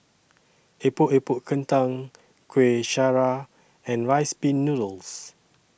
Epok Epok Kentang Kueh Syara and Rice Pin Noodles